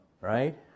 right